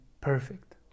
perfect